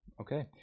Okay